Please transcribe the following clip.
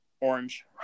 Orange